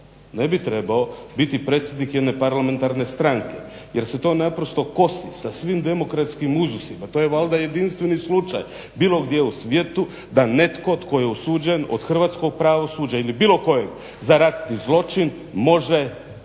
ne bi trebao biti predsjednik jedne parlamentarne stranke jer se to naprosto kosi sa svim demokratskim uzusima. To je valjda jedinstveni slučaj bilo gdje u svijetu da netko tko je osuđen od hrvatskog pravosuđa ili bilo kojeg za ratni zločin može